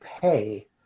pay